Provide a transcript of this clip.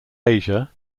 asia